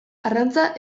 arrantza